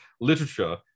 literature